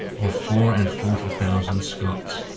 of four and forty thousand scots,